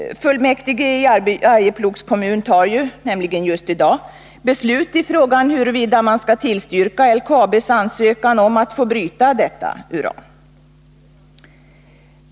Fullmäktige i Arjeplogs kommun fattar nämligen just i dag beslut i frågan huruvida man skall tillstyrka LKAB:s ansökan om att få bryta detta uran.